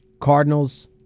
Cardinals